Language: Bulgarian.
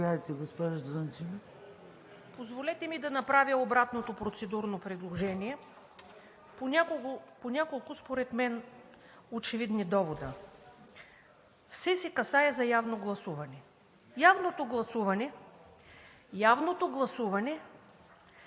Позволете ми да направя обратно процедурно предложение по няколко според мен очевидни довода – все се касае за явно гласуване. Явното гласуване с вдигане